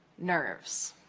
nerves.